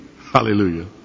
Hallelujah